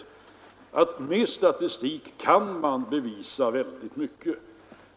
Ja, med statistik kan man bevisa väldigt mycket.